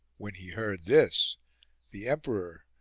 when he heard this the emperor,